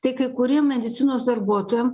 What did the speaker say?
tai kai kuriem medicinos darbuotojam